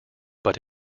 but